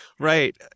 Right